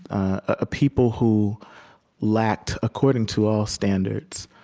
ah people who lacked, according to all standards,